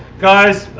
guys.